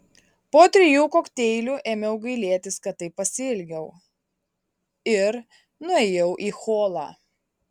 po trijų kokteilių ėmiau gailėtis kad taip pasielgiau ir nuėjau į holą